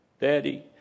daddy